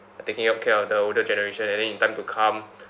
and taking up care of the older generation and then in time to come